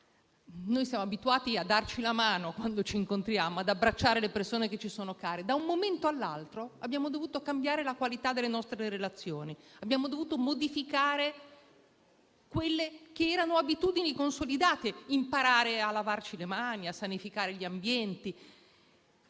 siamo abituati a darci la mano, quando ci incontriamo, e ad abbracciare le persone che ci sono care. Da un momento all'altro, abbiamo dovuto cambiare la qualità delle nostre relazioni e modificare abitudini consolidate (come imparare a lavarci le mani e sanificare gli ambienti).